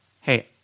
hey